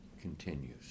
continues